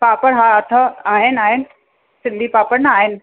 पापड़ हा अथव आहिनि आहिनि सिंधी पापड़ न आहिनि